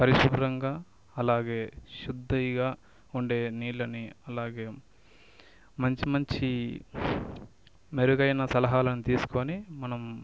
పరిశుభ్రంగా అలాగే శుద్ధిగా ఉండే నీళ్ళని అలాగే మంచి మంచి మెరుగైన సలహాలను తీసుకొని మనం